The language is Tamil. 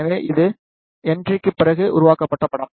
எனவே இது என்ட்ரிக்கு பிறகு உருவாக்கப்பட்ட படம்